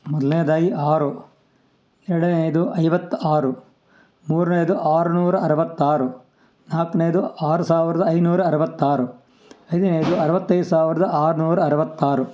ಮೊದ್ಲನೆಯದಾಗಿ ಆರು ಎರಡನೆಯದು ಐವತ್ತು ಆರು ಮೂರನೇದು ಆರುನೂರ ಅರವತ್ತಾರು ನಾಲ್ಕನೇದು ಆರು ಸಾವಿರ್ದ ಐನೂರ ಅರವತ್ತಾರು ಐದ್ನೇಯದು ಅರವತ್ತೈದು ಸಾವಿರ್ದ ಆರುನೂರ ಅರವತ್ತಾರು